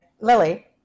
Lily